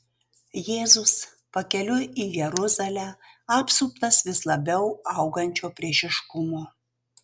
jėzus pakeliui į jeruzalę apsuptas vis labiau augančio priešiškumo